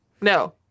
No